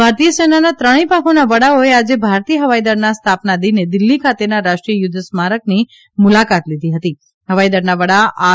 ભારતીય સેનાના ત્રણેય પાંખોના વડાઓએ આજે ભારતીય હવાઇ દળના સ્થાપના દિને દિલ્હી ખાતેના રાષ્ટ્રીય યુઘ્ઘ સ્મારકની મુલાકાત લીઘી હવાઇ દળના વડા આર